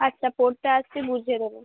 আচ্ছা পড়তে আসবি বুঝিয়ে দোবো